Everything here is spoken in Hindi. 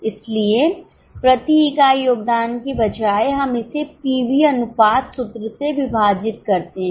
इसलिए प्रति इकाई योगदान के बजाय हम इसे पीवी अनुपात सूत्र से विभाजित करते हैं